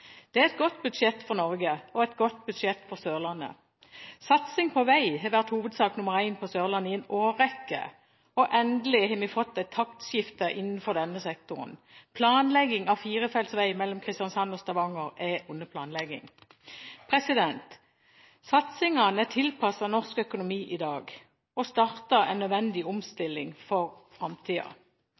Det er et godt budsjett for Norge og et godt budsjett for Sørlandet. Satsing på vei har vært hovedsak nr. én på Sørlandet i en årrekke, og endelig har vi fått et taktskifte innenfor denne sektoren. Fire felts vei mellom Kristiansand og Stavanger er under planlegging. Satsingene er tilpasset norsk økonomi i dag, og starter en nødvendig omstilling for framtida.